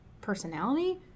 personality